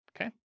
Okay